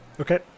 Okay